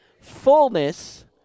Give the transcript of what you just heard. fullness